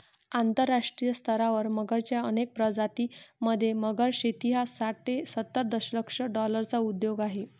आंतरराष्ट्रीय स्तरावर मगरच्या अनेक प्रजातीं मध्ये, मगर शेती हा साठ ते सत्तर दशलक्ष डॉलर्सचा उद्योग आहे